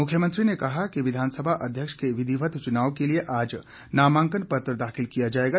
मुख्यमंत्री ने कहा कि विधानसभा अध्यक्ष के विधिवत चुनाव के लिए आज नामांकन पत्र दाखिल किया जाएगा